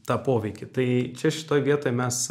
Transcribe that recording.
tą poveikį tai čia šitoj vietoj mes